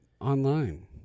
online